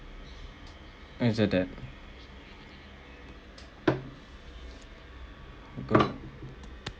why you say that good